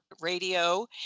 Radio